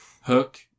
hook